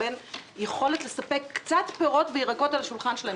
בין היכולת לספק קצת פירות וירקות לשולחן שלהם,